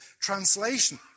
translation